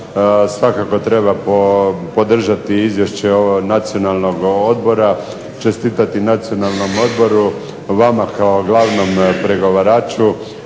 Svakako treba podržati Izvješće Nacionalnog odbora, čestitati Nacionalnom odboru, vama kao glavnom pregovaraču